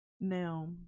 now